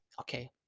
okay